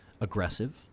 Aggressive